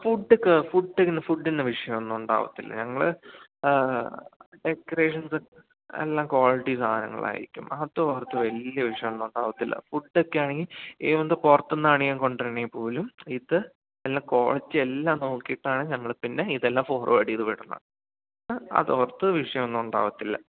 ഫുഡൊക്കെ ഫുഡിന് ഫുഡിന് വിഷയമൊന്നും ഉണ്ടാകില്ല ഞങ്ങള് ഡെക്കറേഷൻസ് നല്ല ക്വാളിറ്റി സാധനങ്ങളായിരിക്കും അതോർത്ത് വലിയ വിഷയമൊന്നും ഉണ്ടാകില്ല ഫുഡൊക്കെയാണെങ്കില് എന്താണ് പുറത്തുനിന്നാണ് ഞാൻ കൊണ്ടുവരുന്നതെങ്കില്പ്പോലും ഇത് എല്ലാം ക്വാളിറ്റി എല്ലാം നോക്കിയിട്ടാണ് ഞങ്ങള് പിന്നെ ഇതെല്ലാം ഫോർവേഡ് ചെയ്തുവിടുന്നത് അതോർത്ത് വിഷയമൊന്നും ഉണ്ടാകില്ല